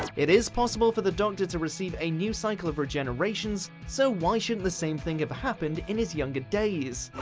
it is possible for the doctor to receive a new cycle of regenerations, so why shouldn't the same thing have happened in his younger days?